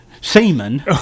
semen